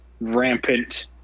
rampant